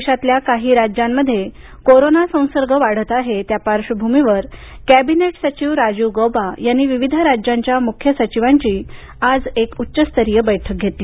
देशातल्या काही राज्यांमध्ये कोरोना संसर्ग वाढत आहे त्या पार्वभूमीवर कॅबिनेट सचिव राजीव गौबा यांनी विविध राज्यांच्या मुख्य सचिवांची आज एक उच्च स्तरीय बैठक घेतली